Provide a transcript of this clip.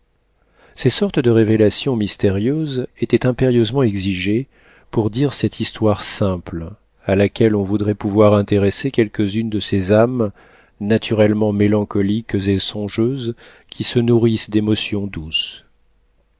ces sortes de révélations mystérieuses étaient impérieusement exigées pour dire cette histoire simple à laquelle on voudrait pouvoir intéresser quelques-unes de ces âmes naturellement mélancoliques et songeuses qui se nourrissent d'émotions douces